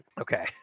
Okay